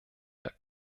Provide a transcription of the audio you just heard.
der